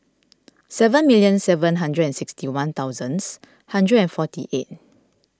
seven million seven hundred and sixty one thousands hundred and forty eight